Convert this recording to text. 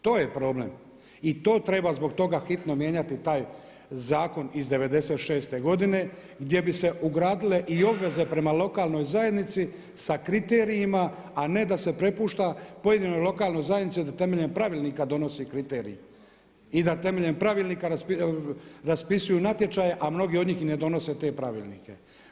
To je problem i to treba zbog toga hitno mijenjati taj zakon iz '96. godine gdje bi se ugradile i obveze prema lokalnoj zajednici sa kriterijima, a ne da se prepušta pojedinoj lokalnoj zajednici da temeljem pravilnika donosi kriterij i da temeljem pravilnika raspisuju natječaje, a mnogi od njih i ne donose te pravilnike.